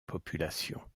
populations